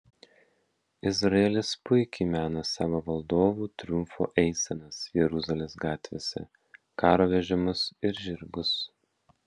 izraelis puikiai mena savo valdovų triumfo eisenas jeruzalės gatvėse karo vežimus ir žirgus